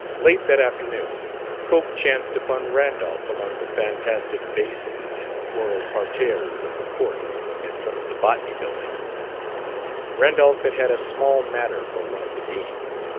late that afternoon cope chanced upon randolph among the fantastic basins and floral parterres of the court in front of the botany building randolph had had a small matter for one of the deans.